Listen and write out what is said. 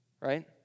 Right